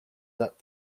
that